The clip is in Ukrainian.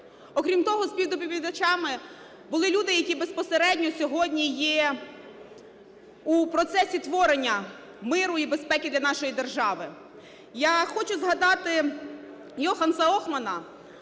Окрім того, співдоповідачами були люди, які безпосередньо сьогодні є у процесі творення миру і безпеки для нашої держави. Я хочу згадати Йонаса Охмана,